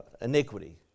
iniquity